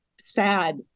sad